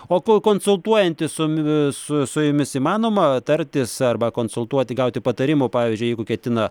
o kol konsultuojantis su m su su jumis įmanoma tartis arba konsultuoti gauti patarimų pavyzdžiui jeigu ketina